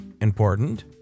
important